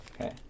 Okay